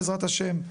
בעזרת השם,